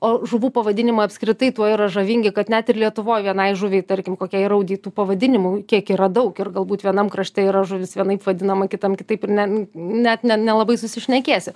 o žuvų pavadinimai apskritai tuo yra žavingi kad net ir lietuvoj vienai žuviai tarkim kokiai raudei tų pavadinimų kiek yra daug ir galbūt vienam krašte yra žuvis vienaip vadinama kitam kitaip ir ne net ne nelabai susišnekėsi